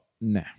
Nah